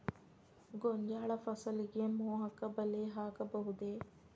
ಗೋಂಜಾಳ ಫಸಲಿಗೆ ಮೋಹಕ ಬಲೆ ಹಾಕಬಹುದೇ?